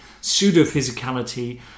pseudo-physicality